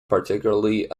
particularly